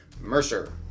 Mercer